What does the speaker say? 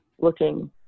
looking